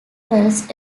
pearls